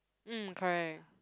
mm correct